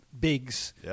bigs